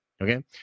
Okay